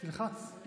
תלחץ.